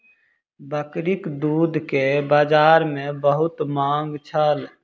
बकरीक दूध के बजार में बहुत मांग छल